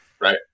right